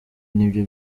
nibyo